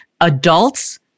adults